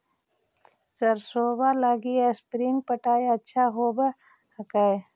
सरसोबा लगी स्प्रिंगर पटाय अच्छा होबै हकैय?